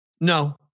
No